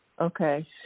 Okay